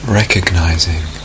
recognizing